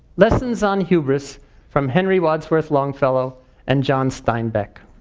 lessons on hubris from henry wadsworth longfellow and john steinbeck.